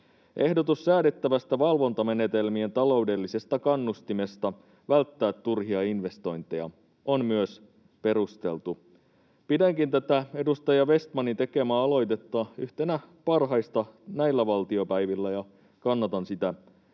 Ehdotus säädettävästä valvontamenetelmien taloudellisesta kannustimesta välttää turhia investointeja on myös perusteltu. Pidänkin tätä edustaja Vestmanin tekemää aloitetta yhtenä parhaista näillä valtiopäivillä, ja kannatan sitä lämpimästi.